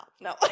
No